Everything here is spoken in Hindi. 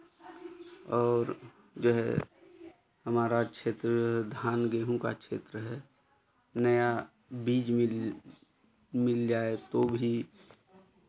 और जो है हमारा क्षेत्र धान गेहूँ का क्षेत्र है नया बीज मिल मिल जाए तो भी